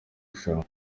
rushanwa